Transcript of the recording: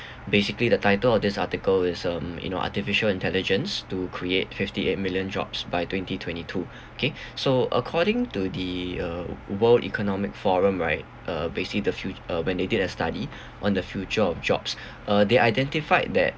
basically the title of this article is um you know artificial intelligence to create fifty eight million jobs by twenty twenty two kay so according to the uh world economic forum right uh basi~ the fut~ uh when they did a study on the future of jobs uh they identified that